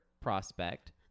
prospect